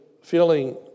feeling